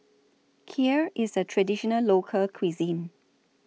Kheer IS A Traditional Local Cuisine